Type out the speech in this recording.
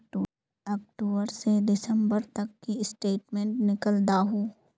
अक्टूबर से दिसंबर तक की स्टेटमेंट निकल दाहू?